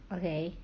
okay